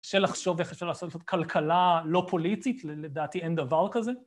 אפשר לחשוב איך אפשר לעשות כלכלה לא פוליטית, לדעתי אין דבר כזה.